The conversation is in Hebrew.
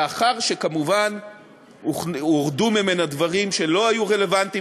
לאחר שכמובן הורדו ממנה דברים שלא היו רלוונטיים